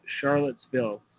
Charlottesville